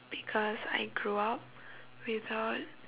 because I grew up without